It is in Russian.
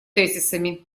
тезисами